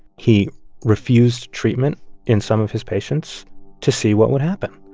he refused treatment in some of his patients to see what would happen.